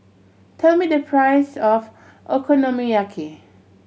tell me the price of Okonomiyaki